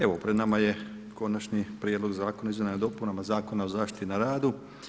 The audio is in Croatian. Evo, pred nama je Konačni prijedlog zakona o izmjenama i dopunama Zakona o zaštiti na radu.